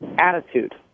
Attitude